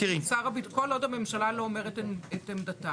כל עוד הממשלה לא אומרת את עמדתה,